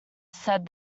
said